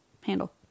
handle